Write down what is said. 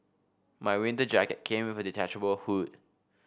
my winter jacket came with a detachable hood